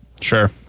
Sure